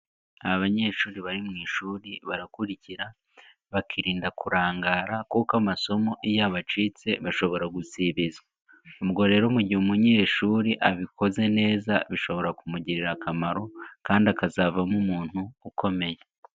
Aba banyeshuri bari mu ishuri barakurikira, bakirinda kurangara kuko amasomo iyo abacitse bashobora gusibizwa, ubwo rero mu gihe umunyeshuri abikoze neza bishobora kumugirira akamaro kandi akazavamo umuntu ukomeye.